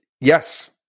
Yes